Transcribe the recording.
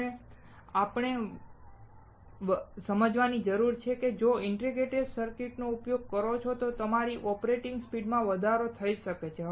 આપણે હવે સમજવાની જરૂર છે કે જો તમે ઇન્ટિગ્રેટેડ સર્કિટ્સનો ઉપયોગ કરો છો તો તમારી ઓપરેટિંગ સ્પીડ વધારે હોઈ શકે છે